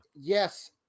Yes